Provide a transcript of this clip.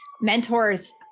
mentors